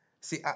See